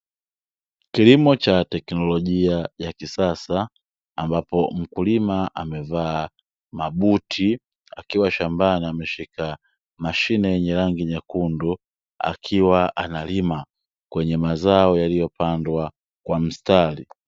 Kilimo cha teknolojia ya kisasa ambapo mkulima amevaa mabuti, akiwa shambani ameshika mashine yenye rangi nyekundu, akiwa analima kwenye mazao yaliyopandwa kwa mstari.